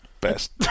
best